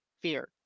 fear